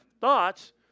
thoughts